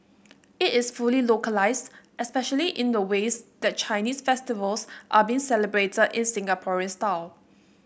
it is fully localised especially in the ways that Chinese festivals are being celebrated in Singaporean style